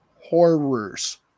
horrors